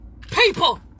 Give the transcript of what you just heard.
people